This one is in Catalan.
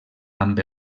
amb